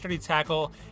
tackle